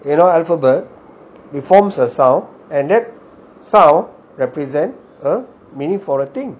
you know alphabet it forms a sound and that sound represent a meaning for the thing